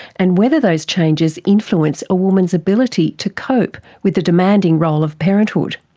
and whether those changes influence a woman's ability to cope with the demanding role of parenthood.